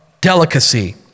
delicacy